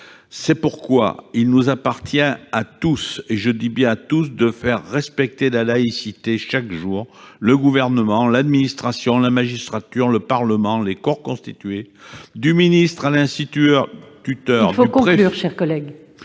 C'est pourquoi il appartient à tous- je dis bien à tous ! -de faire respecter la laïcité chaque jour : au Gouvernement, à l'administration, à la magistrature, au Parlement, aux corps constitués, du ministre à l'instituteur, ...